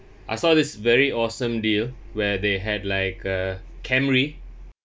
I saw this very awesome deal where they had like a Camry